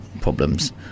problems